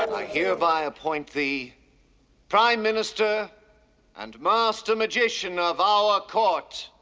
i hereby appoint thee prime minister and master magician of our court.